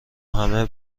همه